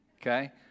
okay